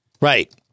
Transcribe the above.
Right